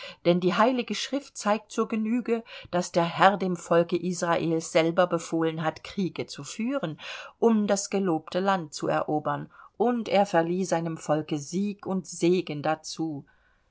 denn die heilige schrift zeigt zur genüge daß der herr dem volke israel selber befohlen hat kriege zu führen um das gelobte land zu erobern und er verlieh seinem volke sieg und segen dazu